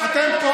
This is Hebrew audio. אתם לא